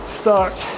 start